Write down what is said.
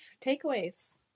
takeaways